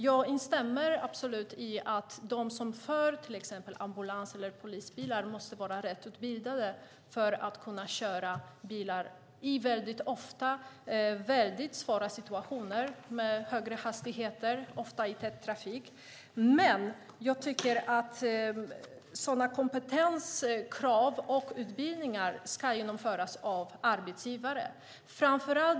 Jag instämmer absolut i att de som kör till exempel ambulans eller polisbil måste vara rätt utbildade för att kunna köra bil i svåra situationer med högre hastigheter ofta i tät trafik. Men jag tycker att sådan kompetens och sådana utbildningar ska genomföras av arbetsgivare.